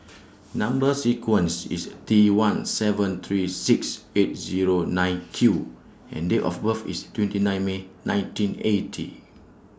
Number sequence IS T one seven three six eight Zero nine Q and Date of birth IS twenty nine May nineteen eighty